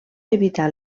evitar